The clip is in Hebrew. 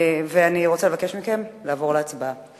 אני רוצה לבקש מכם לעבור להצבעה.